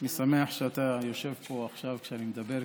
אני שמח שאתה יושב פה עכשיו כיושב-ראש כשאני מדבר.